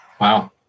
Wow